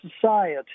society